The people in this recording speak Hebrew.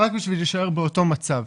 רק בשביל להישאר באותו מצב.